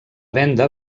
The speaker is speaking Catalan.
venda